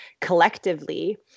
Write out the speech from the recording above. collectively